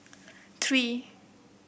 three